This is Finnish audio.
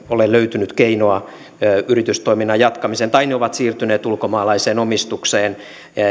ole löytynyt keinoa yritystoiminnan jatkamiseen tai ne ovat siirtyneet ulkomaalaiseen omistukseen